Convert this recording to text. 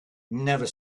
never